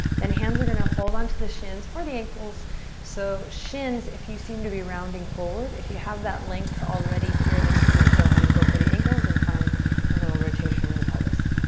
then hands are gonna hold on to the shins or the ankles so shins if you seem to be rounding forward. if you have that length already here then you can go ahead and go for the ankle and find a little rotation in the pelvis.